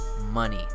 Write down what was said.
money